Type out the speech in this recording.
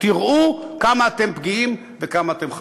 תראו כמה אתם פגיעים וכמה אתם חלשים.